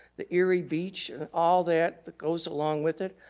the erie beach and all that that goes along with it,